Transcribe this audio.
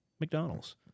McDonald's